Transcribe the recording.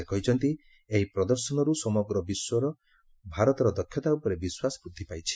ସେ କହିଛନ୍ତି ଏହି ପ୍ରଦର୍ଶନରୁ ସମଗ୍ର ବିଶ୍ୱର ଭାରତର ଦକ୍ଷତା ଉପରେ ବିଶ୍ୱାସ ବୃଦ୍ଧି ପାଇଛି